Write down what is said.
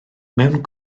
mewn